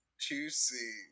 Juicy